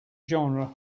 genre